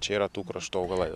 čia yra tų kraštų augalai